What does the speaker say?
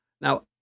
now